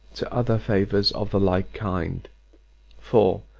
to other favours of the like kind for,